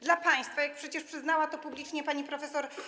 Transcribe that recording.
Dla państwa, co przecież przyznała publicznie pani prof.